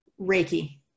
Reiki